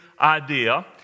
idea